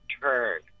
turn